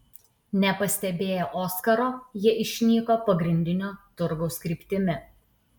nepastebėję oskaro jie išnyko pagrindinio turgaus kryptimi